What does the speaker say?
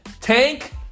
Tank